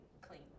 clean